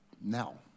Now